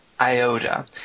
iota